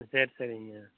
சரி சரிங்க